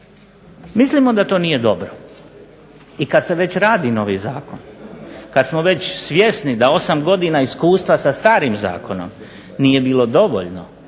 Mislimo da to nije dobro. I kad se već radi novi zakon, kad smo već svjesni da 8 godina iskustva sa starim zakonom nije bilo dovoljno